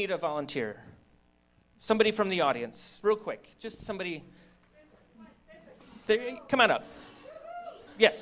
need a volunteer somebody from the audience real quick just somebody coming up ye